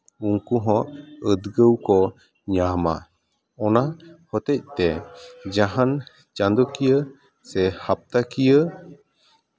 ᱩᱱᱠᱩᱦᱚᱸ ᱩᱫᱽᱜᱟᱹᱣ ᱠᱚ ᱧᱟᱢᱟ ᱚᱱᱟ ᱦᱮᱛᱮᱡᱛᱮ ᱡᱟᱦᱟᱱ ᱪᱟᱸᱫᱳᱠᱤᱭᱟᱹ ᱥᱮ ᱦᱟᱯᱛᱟᱠᱤᱭᱟᱹ